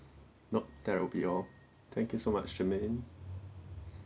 nope that would be all thank you so much jermaine